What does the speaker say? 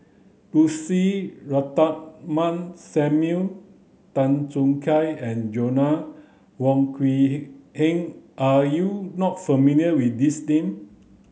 Lucy Ratnammah Samuel Tan Choo Kai and Joanna Wong Quee Heng are you not familiar with these name